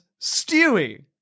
Stewie